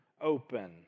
open